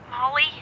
Molly